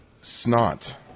snot